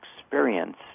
experience